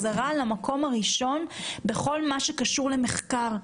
למקום הראשון את מדינת ישראל בכל מה שקשור למחקר,